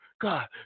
God